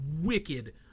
wicked